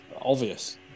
obvious